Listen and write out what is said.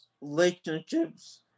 relationships